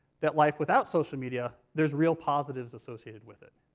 that life without social media there's real positives associated with it.